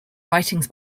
writings